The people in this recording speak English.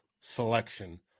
selection